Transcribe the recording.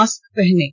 mask पहनें